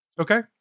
Okay